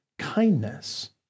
kindness